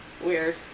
Weird